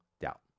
doubt